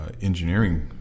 engineering